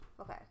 Okay